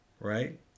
right